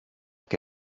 che